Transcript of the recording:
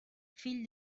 fill